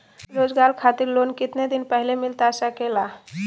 रोजगार खातिर लोन कितने दिन पहले मिलता सके ला?